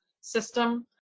system